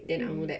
mm